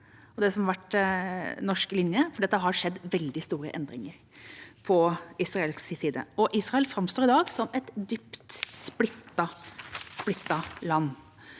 og det som har vært norsk linje, for det har skjedd veldig store endringer på israelsk side, og Israel framstår i dag som et dypt splittet land.